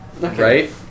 Right